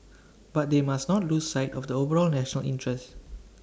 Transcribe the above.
but they must not lose sight of the overall national interest